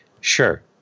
sure